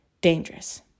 dangerous